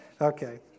Okay